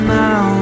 now